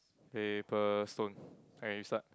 paper stone okay you start